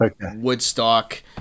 Woodstock